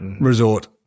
resort